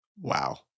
Wow